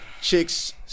chicks